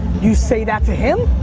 you say that to him,